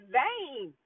vain